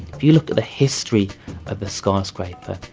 if you look at the history of the skyscraper,